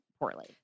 poorly